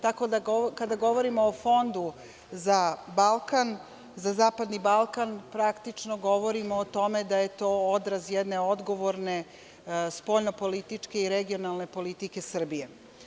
Tako da kada govorimo o Fondu za Balkan, praktično govorimo o tome da je to odraz jedne odgovorne spoljno političke i regionalne politike Srbije.